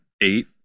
eight